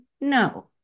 No